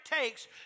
takes